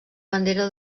bandera